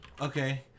Okay